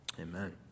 Amen